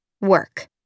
work